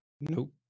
nope